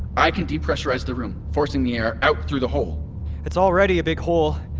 i can depressurize the room, forcing the air out through the hole it's already a big hole.